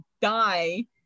die